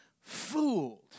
fooled